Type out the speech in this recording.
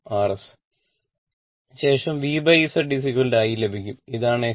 Rs ശേഷം VZ I ലഭിക്കും ഇതാണ് fg